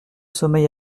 sommeil